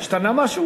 בזה השתנה משהו?